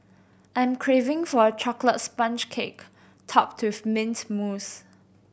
I'm craving for a chocolate sponge cake topped with mint mousse